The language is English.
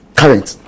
current